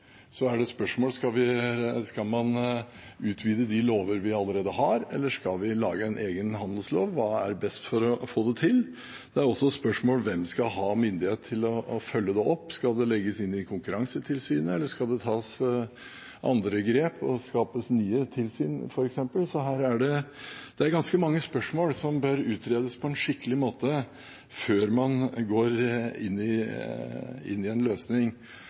er det et spørsmål om man skal utvide de lover vi allerede har, eller om vi skal lage en egen handelslov. Hva er best for å få det til? Det er også et spørsmål om hvem som skal ha myndighet til å følge det opp. Skal det legges inn under Konkurransetilsynet, eller skal det tas andre grep og f.eks. skapes nye tilsyn? Her er det ganske mange spørsmål som bør utredes på en skikkelig måte før man går inn for en løsning.